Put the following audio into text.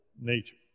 nature